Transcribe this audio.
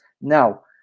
Now